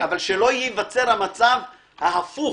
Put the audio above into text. אבל שלא ייווצר המצב ההפוך.